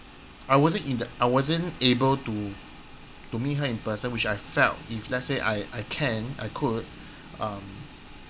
I wasn't in the I wasn't able to to meet her in person which I felt if let's say I I can I could um